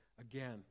again